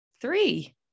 Three